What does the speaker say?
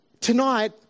Tonight